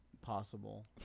possible